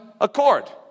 accord